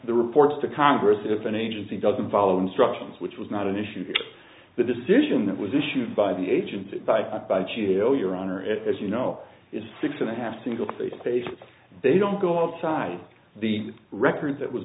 the report to congress if an agency doesn't follow instructions which was not an issue the decision that was issued by the agency by g a o your honor as you know is six and a half single spaced pages they don't go outside the record that was